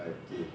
like okay